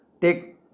take